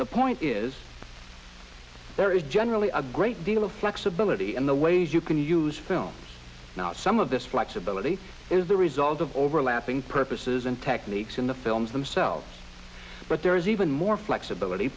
the point is there is generally a great deal of flexibility in the ways you can use films not some of this flexibility is the result of overlapping purposes and techniques in the films themselves but there is even more flexibility